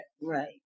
right